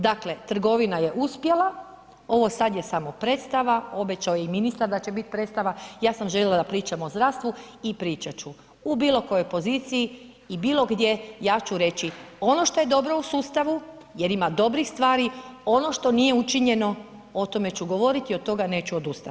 Dakle, trgovina je uspjela, ovo sad je samo predstava, obećao je i ministar da će bit predstava, ja sam željela da pričamo o zdravstvu i pričat ću, u bilo kojoj poziciji i bilo gdje ja ću reći ono što je dobro u sustavu jer ima dobrih stvari, ono što nije učinjeno o tome ću govoriti i od toga neću odustat.